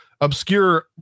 Obscure